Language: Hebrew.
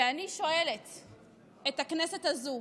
ואני שואלת את הכנסת הזו: